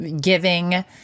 giving